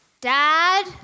dad